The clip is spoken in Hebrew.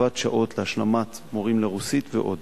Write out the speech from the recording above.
הקצבת שעות להשלמת מורים לרוסית ועוד.